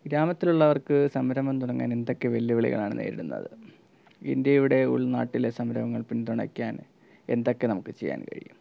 ഗ്രാമത്തിലുള്ളവർക്ക് സംരംഭം തുടങ്ങാനെന്തൊക്കെ വെല്ലുവിളികളാണ് നേരിടുന്നത് ഇന്ത്യയുടെ ഉൾനാട്ടിലെ സംരംഭങ്ങൾ പിന്തുണയ്ക്കാൻ എന്തൊക്കെ നമുക്കു ചെയ്യാൻ കഴിയും